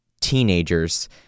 teenagers